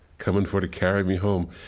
coming for to carry me home.